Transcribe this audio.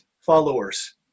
followers